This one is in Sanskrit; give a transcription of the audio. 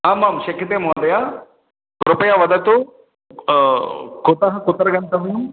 आमाम् शक्यते महोदय कृपया वदतु कुतः कुत्र गन्तव्यं